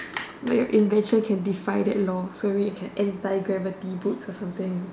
like your invention can defy that law so maybe you can anti gravity boots or something